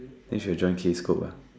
then should have join case cook ah